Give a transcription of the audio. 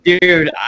dude